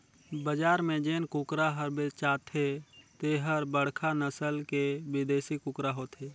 बजार में जेन कुकरा हर बेचाथे तेहर बड़खा नसल के बिदेसी कुकरा होथे